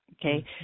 okay